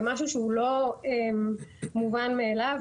זה משהו שלא מובן מאליו.